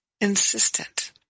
insistent